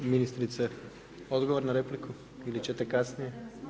Ministrice, odgovor na repliku ili ćete kasnije?